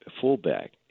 fullback